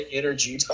energy